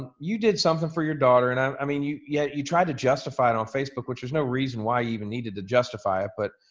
ah you did something for your daughter. and i um i mean you yeah you tried to justify it on facebook, which is no reason why you even needed to justify it, but,